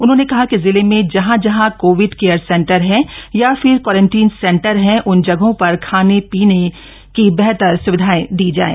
उन्होंने कहा कि जिले में जहां जहां कोविड केयर सेंटर हैं या फिर क्वांरटीन सेंटर हैं उन जगहों पर खाने पीने बेहतर स्विधाएं दी जाएं